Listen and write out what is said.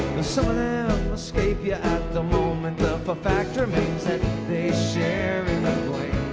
and some of them escape you at the moment the but fact remains that they share